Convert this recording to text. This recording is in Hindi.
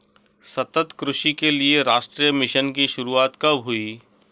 सतत कृषि के लिए राष्ट्रीय मिशन की शुरुआत कब हुई?